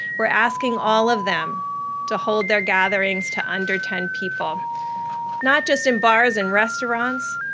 we're asking all of them to hold their gatherings to under ten people not just in bars and restaurants,